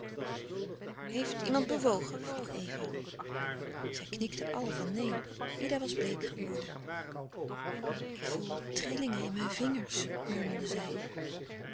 heeft iemand bewogen vroeg eva zij knikten allen van neen ida was bleek geworden ik voel trillingen in mijn vingers murmelde zij